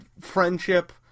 friendship